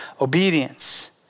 obedience